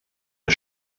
der